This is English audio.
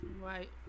Right